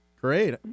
Great